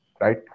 right